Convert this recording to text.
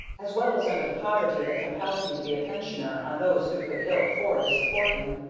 as well as under the poverty that compelled him to be a pensioner on those who could ill afford to support him,